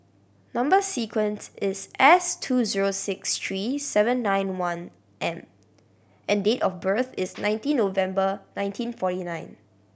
number sequence is S two zero six three seven nine one M and date of birth is nineteen November nineteen forty nine